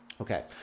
Okay